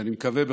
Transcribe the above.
ואני מקווה,